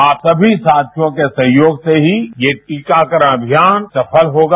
आप सभी साथियों के सहयोग से ही यह टीकाकरण अभियान सफल होगा